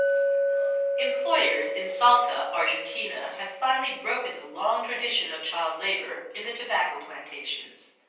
employers in salta, argentina have finally broken the long tradition of child labour in the tobacco plantations.